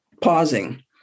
pausing